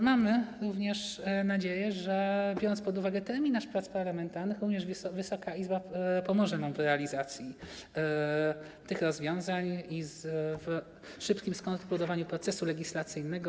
Mamy także nadzieję, że biorąc pod uwagę terminarz prac parlamentarnych, również Wysoka Izba pomoże nam w realizacji tych rozwiązań i w szybkim skonkludowaniu procesu legislacyjnego.